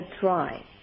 try